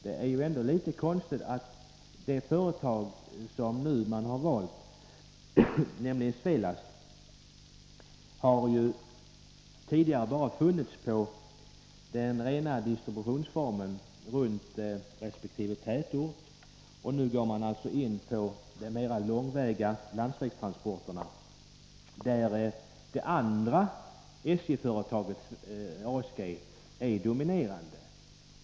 Det är ändå litet konstigt att det företag man valt, nämligen Svelast, tidigare bara sysslat med distribution runt resp. tätort, medan man nu går in på de mera långväga landsvägstransporterna, där det andra SJ-företaget — ASG — är det dominerande.